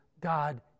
God